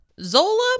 Zola